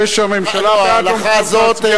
זה שהממשלה, להלכה הזאת יש footnote.